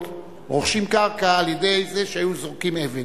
היו רוכשים קרקע על-ידי שהיו זורקים אבן: